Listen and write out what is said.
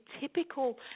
typical